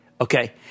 Okay